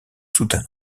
soutane